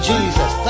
Jesus